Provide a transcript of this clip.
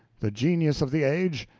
the genius of the age,